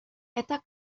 estas